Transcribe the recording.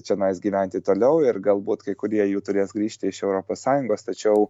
čionais gyventi toliau ir galbūt kai kurie jų turės grįžti iš europos sąjungos tačiau